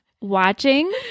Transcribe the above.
watching